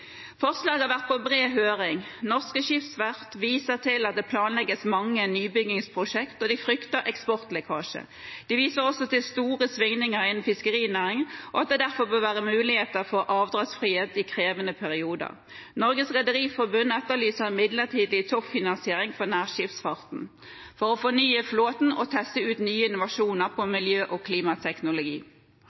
Forslaget har vært på bred høring. Norske skipsverft viser til at det planlegges mange nybyggingsprosjekt, og de frykter eksportlekkasje. De viser også til store svingninger innen fiskerinæringen og at det derfor bør være mulighet for avdragsfrihet i krevende perioder. Norges Rederiforbund etterlyser en midlertidig toppfinansiering for nærskipsfarten for å fornye flåten og teste ut nye innovasjoner på miljø- og klimateknologi.